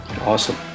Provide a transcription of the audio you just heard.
awesome